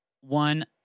one